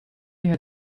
had